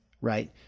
right